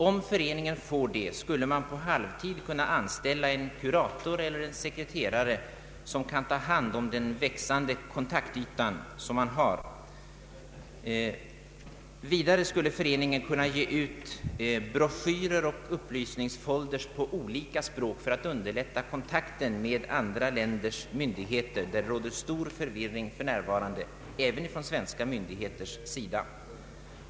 Om föreningen får det kan den på halvtid anställa en kurator eller en sekreterare som kan ta hand om de växande kontakter den har. Vidare skulle föreningen kunna ge ut broschyrer och upplysningsfolders på olika språk för att underlätta kontakten med andra länders myndigheter. Det råder för närvarande stor förvirring här, även från svenska myndigheters sida.